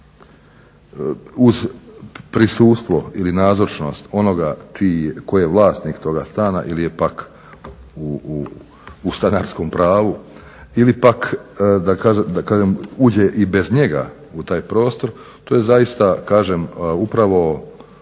uz prisustvo ili nazočnost onoga čiji je, tko je vlasnik toga stana ili je pak u stanarskom pravu ili pak da kažem uđe i bez njega u taj prostor to je zaista kažem